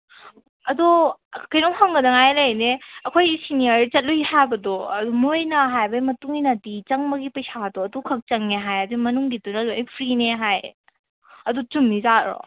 ꯑꯗꯣ ꯀꯩꯅꯣꯝ ꯍꯪꯒꯗꯉꯥꯏ ꯂꯩꯅꯦ ꯑꯩꯈꯣꯏꯒꯤ ꯁꯦꯅꯤꯌꯔ ꯆꯠꯂꯨꯏ ꯍꯥꯏꯕꯗꯣ ꯑꯗꯨ ꯃꯣꯏꯅ ꯍꯥꯏꯕꯒꯤ ꯃꯇꯨꯡ ꯏꯟꯅꯗꯤ ꯆꯪꯕꯒꯤ ꯄꯩꯁꯥꯗꯣ ꯑꯗꯨ ꯈꯛ ꯆꯪꯉꯦ ꯍꯥꯏ ꯑꯗꯨ ꯃꯅꯨꯡꯒꯤꯗꯨꯅ ꯂꯣꯏ ꯐ꯭ꯔꯤꯅꯦ ꯍꯥꯏ ꯑꯗꯨ ꯆꯨꯝꯃꯤ ꯖꯥꯠꯂꯣ